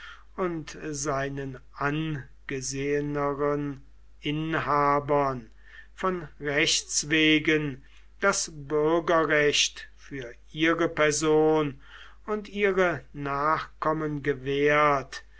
und seinen angeseheneren inhabern von rechts wegen das bürgerrecht für ihre person und ihre nachkommen gewährt